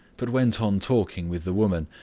but went on talking with the woman,